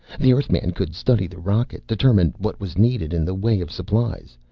the earthman could study the rocket, determine what was needed in the way of supplies,